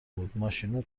بود، ماشینو